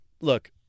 look